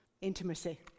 intimacy